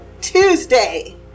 Tuesday